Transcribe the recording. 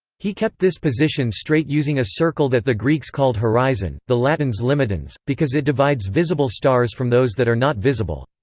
he kept this position straight using a circle that the greeks called horizon, horizon, the latins limitans, because it divides visible stars from those that are not visible.